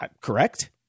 correct